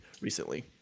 recently